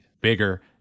bigger